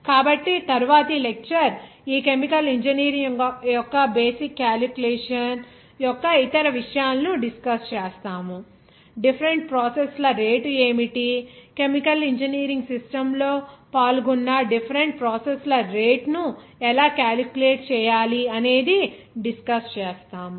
కాబట్టి తరువాతి లెక్చర్ ఈ కెమికల్ ఇంజనీరింగ్ యొక్క బేసిక్ క్యాలిక్యులేషన్ యొక్క ఇతర విషయాలను డిస్కస్ చేస్తాము డిఫరెంట్ ప్రాసెస్ ల రేటు ఏమిటి కెమికల్ ఇంజనీరింగ్ సిస్టమ్ లో పాల్గొన్న డిఫరెంట్ ప్రాసెస్ ల రేట్ ను ఎలా క్యాలిక్యులేట్ చేయాలి అనేది డిస్కస్ చేస్తాము